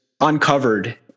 uncovered